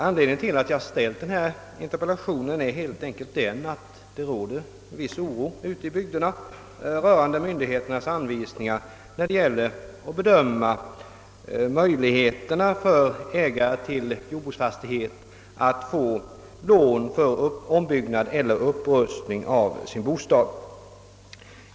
Anledningen till att jag framställt denna interpellation är helt enkelt att det råder en viss oro ute i bygderna rörande myndigheternas anvisningar när det gäller att bedöma möjligheterna för ägare till jordbruksfastighet att få lån för ombyggnad eller upprustning av sin bostad.